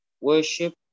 worship